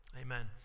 amen